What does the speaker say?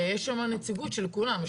ויש שם נציגות של כולם.